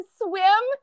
swim